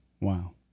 Wow